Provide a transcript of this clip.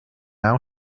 now